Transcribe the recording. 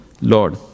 Lord